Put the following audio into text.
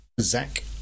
Zach